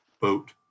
boat